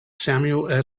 samuel